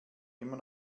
immer